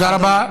תודה רבה.